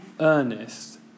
earnest